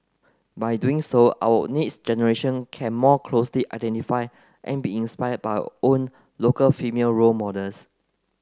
by doing so our next generation can more closely identify and be inspired by our own local female role models